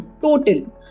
total